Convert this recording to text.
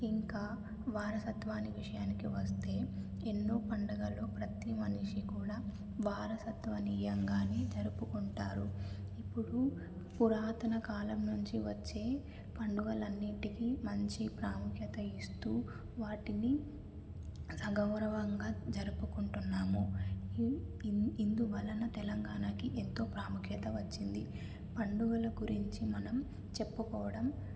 ఇంకా వారసత్వాన్ని విషయానికి వస్తే ఎన్నో పండగలు ప్రతీ మనిషి కూడా వారసత్వ నియంగాన్ని జరుపుకుంటారు ఇప్పుడు పురాతన కాలం నుంచి వచ్చే పండగలు అన్నింటికీ మంచి ప్రాముఖ్యత ఇస్తూ వాటిని సగౌరవంగా జరుపుకుంటున్నాము ఇందువలన తెలంగాణకి ఎంతో ప్రాముఖ్యత వచ్చింది పండగల గురించి మనం చెప్పుకోవడం